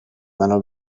منو